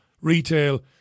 retail